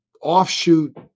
offshoot